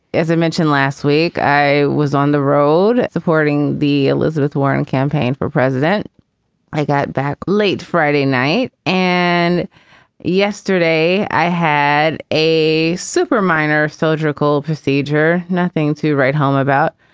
as i mentioned last week, i was on the road supporting the elizabeth warren campaign for president i got back late friday night and yesterday i had a super minor surgical procedure, nothing to write home about.